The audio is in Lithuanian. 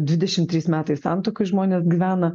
dvidešim trys metai santuokoj žmonės gyvena